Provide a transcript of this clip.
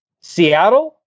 Seattle